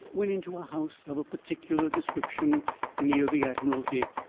went into a house of a particular description near the admiralty.